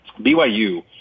BYU